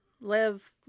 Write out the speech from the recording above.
Live